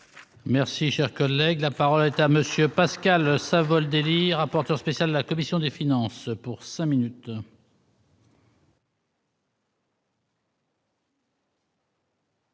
Merci, cher collègue, la parole est à monsieur Pascal Savoldelli, rapporteur spécial de la commission des finances pour 5 minutes.